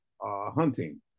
hunting